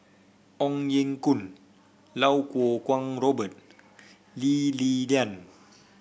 Ong Ye Kung Iau Kuo Kwong Robert Lee Li Lian